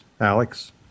Alex